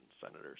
senators